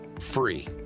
free